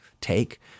take